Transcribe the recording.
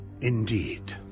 Indeed